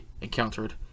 encountered